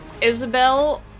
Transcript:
Isabel